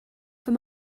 for